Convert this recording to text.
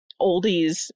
oldies